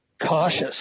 cautious